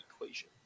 equation